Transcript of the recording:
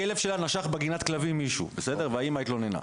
הכלב שלה נשך מישהו בגינת כלבים והאמא התלוננה,